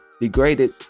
degraded